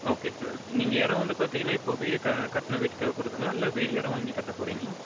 okay sir நீங்கள் இடம் வந்து பார்த்தீங்கன்னா இப்போ வீடு க கட்டின வீடு தேவைப்படுதுங்களா இல்லை வி இடம் வாங்கி கட்டப் போகறீங்களா